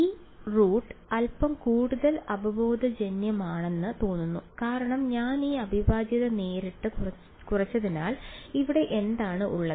ഈ റൂട്ട് അൽപ്പം കൂടുതൽ അവബോധജന്യമാണെന്ന് തോന്നുന്നു കാരണം ഞാൻ ആ അവിഭാജ്യത നേരിട്ട് കുറച്ചതിനാൽ ഇവിടെ എന്താണ് ഉള്ളത്